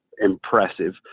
impressive